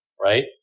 right